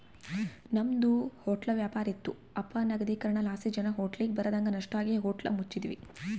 ನಮ್ದು ಹೊಟ್ಲ ವ್ಯಾಪಾರ ಇತ್ತು ಅಪನಗದೀಕರಣಲಾಸಿ ಜನ ಹೋಟ್ಲಿಗ್ ಬರದಂಗ ನಷ್ಟ ಆಗಿ ಹೋಟ್ಲ ಮುಚ್ಚಿದ್ವಿ